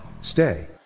stay